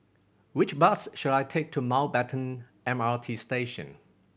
which bus should I take to Mountbatten M R T Station